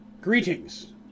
Greetings